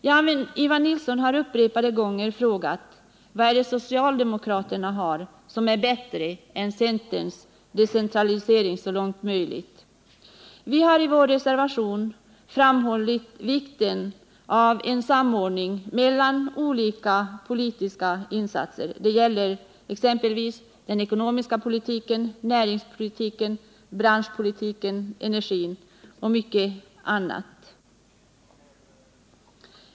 Jan-Ivan Nilsson har upprepade gånger frågat: Vad är det socialdemokraterna har som är bättre än centerns ”decentralisering så långt möjligt”? Vi har i vår reservation framhållit vikten av en samordning mellan olika politiska insatser. Det gäller exempelvis den ekonomiska politiken, näringspolitiken, branschpolitiken, energin och mycket annat.